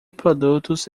produtos